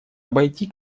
обойти